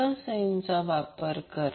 तर रेझोनन्स म्हणजे VR